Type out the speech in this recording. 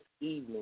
evening